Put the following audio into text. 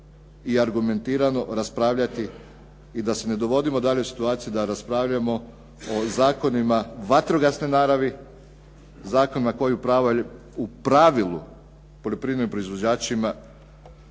i argumentirano raspravljati i da se ne dovodimo malo u situaciju da raspravljamo o zakonima vatrogasne naravi, zakonima koje u pravilu poljoprivrednim proizvođačima